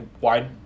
wide